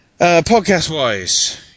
Podcast-wise